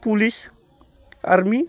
police army